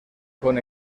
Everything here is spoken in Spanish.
con